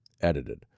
edited